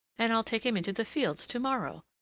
and i'll take him into the fields to-morrow.